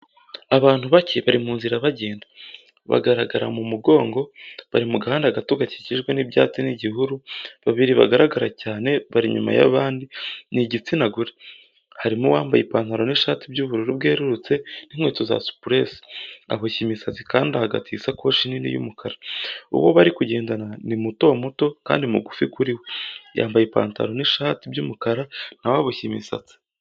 Abantu bake bari mu nzira bagenda, bagaragara mu mugongo. Bari mu gahanda gato gakijijwe n'ibyatsi n'igihuru. Babiri bagaragara cyane, bari inyuma y'abandi ni igitsina gore. harimo uwambaye ipantaro n'ishati by'ubururu bwerurutse, n'inkweko za superesi, aboshye imisatsi kandi ahagatiye isakotsi nini y'umukara. Uwo bari kugendana, ni muto muto kandi mugufi kuri we, yambaye ipantaro n'ishati by'umukara, na we aboshye imisatsi.